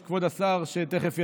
אדוני היושב-ראש, כבוד השר שתכף יגיע,